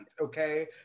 Okay